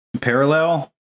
parallel